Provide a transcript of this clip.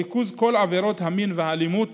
ריכוז כל עבירות המין והאלימות